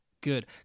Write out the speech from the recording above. good